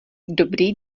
dobrý